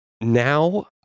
Now